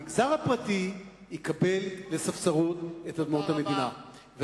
המגזר הפרטי יקבל בספסרות את אדמות המדינה.